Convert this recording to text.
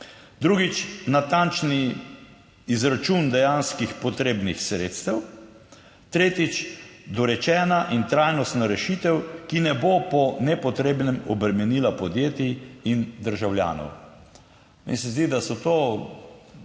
Drugič, natančni izračun dejanskih potrebnih sredstev. Tretjič, dorečena in trajnostna rešitev, ki ne bo po nepotrebnem obremenila podjetij in državljanov. Meni se zdi, da so to